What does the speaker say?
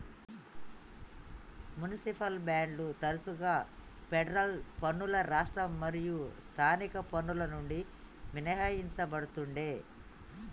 municipal బాండ్లు తరచుగా federal పన్నులు రాష్ట్ర మరియు స్థానిక పన్నుల నుండి మినహాయించబడతుండే